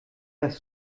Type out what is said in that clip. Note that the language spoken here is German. das